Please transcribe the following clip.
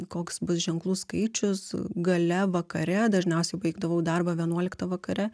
koks bus ženklų skaičius gale vakare dažniausiai baigdavau darbą vienuoliktą vakare